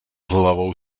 hlavou